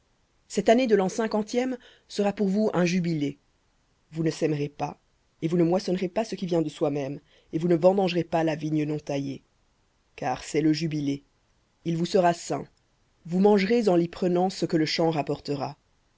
cette année de l'an cinquantième sera pour vous un jubilé vous ne sèmerez pas et vous ne moissonnerez pas ce qui vient de soi-même et vous ne vendangerez pas la vigne non taillée car c'est le jubilé il vous sera saint vous mangerez en l'y prenant ce que le champ rapportera